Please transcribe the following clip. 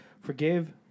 forgive